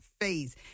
phase